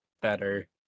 better